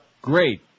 Great